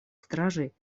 стражей